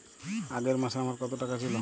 আগের মাসে আমার কত টাকা ছিল?